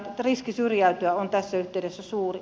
riski syrjäytyä on tässä yhteydessä suuri